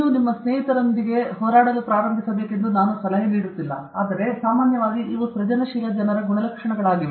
ನೀವು ನಿಮ್ಮ ಸ್ನೇಹಿತರೊಂದಿಗೆ ಮತ್ತು ಅದರೊಂದಿಗೆ ಹೋರಾಡಲು ಪ್ರಾರಂಭಿಸಬೇಕೆಂದು ನಾನು ಸಲಹೆ ನೀಡುತ್ತಿಲ್ಲ ಆದರೆ ಸಾಮಾನ್ಯವಾಗಿ ಇವು ಸೃಜನಶೀಲ ಜನರ ಗುಣಲಕ್ಷಣಗಳಾಗಿವೆ